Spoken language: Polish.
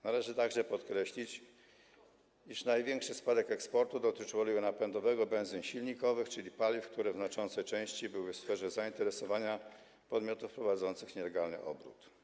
Należy także podkreślić, iż największy spadek eksportu dotyczył oleju napędowego, benzyn silnikowych, czyli paliw, które w znaczącej części pozostawały w sferze zainteresowania podmiotów prowadzących nielegalny obrót.